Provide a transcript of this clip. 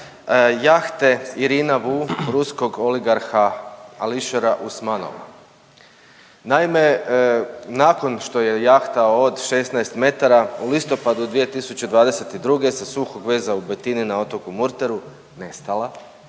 jahte Irina VU ruskog oligarha Ališera Usmanova. Naime, nakon što je jahta od 16 metara u listopadu 2022. sa suhog veza u Betini na Otoku Murteru nestala,